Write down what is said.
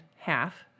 Half